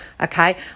Okay